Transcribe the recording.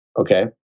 Okay